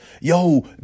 yo